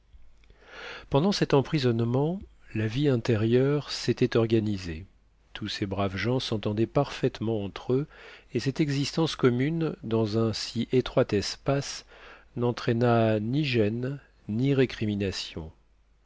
pendant cet emprisonnement la vie intérieure s'était organisée tous ces braves gens s'entendaient parfaitement entre eux et cette existence commune dans un si étroit espace n'entraîna ni gêne ni récrimination